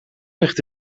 ligt